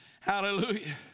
Hallelujah